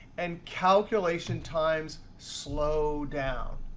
and calculation times slow down.